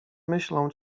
myślą